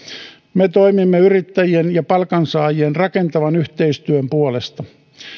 me toimimme yrittäjien ja palkansaajien rakentavan yhteistyön puolesta